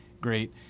great